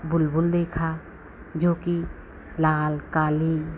बुलबुल देखा जो कि लाल काली